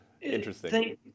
Interesting